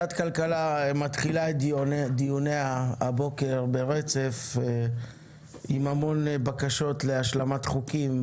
ועדת כלכלה מתחילה את דיוניה הבוקר ברצף עם המון בקשות להשלמת חוקים,